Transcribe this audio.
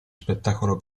spettacolo